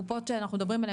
הקופות שאנחנו מדברים עליהן,